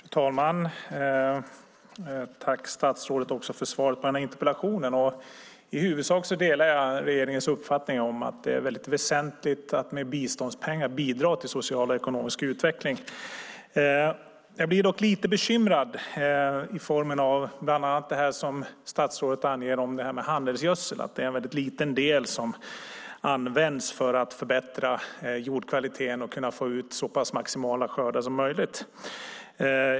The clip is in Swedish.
Fru talman! Jag tackar statsrådet för svaret på interpellationen. I huvudsak delar jag regeringens uppfattning att det är väsentligt att med biståndspengar bidra till social och ekonomisk utveckling. Jag blir dock lite bekymrad på grund av bland annat det som statsrådet anger om handelsgödsel, att det är en väldigt liten del som används för att förbättra jordkvaliteten och få ut så stora skördar som möjligt.